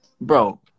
bro